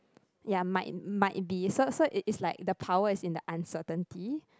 ya might might be so so it's like the power is in the uncertainty